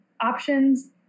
options